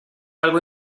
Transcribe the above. algo